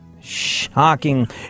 Shocking